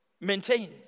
maintain